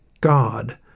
God